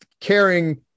caring